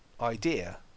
idea